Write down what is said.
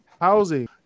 housing